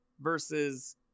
versus